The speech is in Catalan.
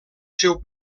seu